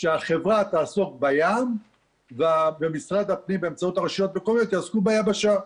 שהחברה תעסוק בים ומשרד הפנים באמצעות הרשויות מקומיות יעסקו ביבשה.